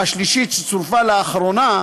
והשלישית, שצורפה לאחרונה,